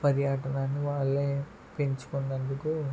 పర్యటనను వాళ్లే పెంచుకున్నందుకు